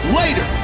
later